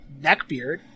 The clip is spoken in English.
Neckbeard